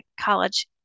college